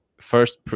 first